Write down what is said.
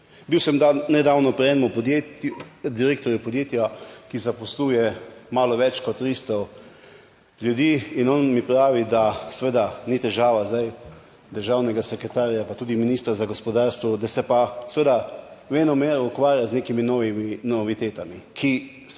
Bil sem nedavno pri enem podjetju, direktorju podjetja, ki zaposluje malo več kot 300 ljudi in on mi pravi, da seveda ni težava zdaj državnega sekretarja, pa tudi ministra za gospodarstvo, da se pa seveda venomer ukvarja z nekimi novimi novitetami, ki na